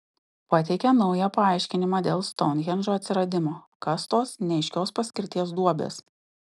pateikė naują paaiškinimą dėl stounhendžo atsiradimo kas tos neaiškios paskirties duobės